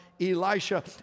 Elisha